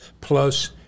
Plus